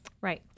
Right